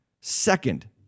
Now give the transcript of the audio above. Second